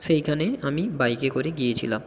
সেইখানে আমি বাইকে করে গিয়েছিলাম